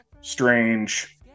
strange